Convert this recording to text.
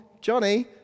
Johnny